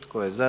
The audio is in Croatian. Tko je za?